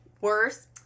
worse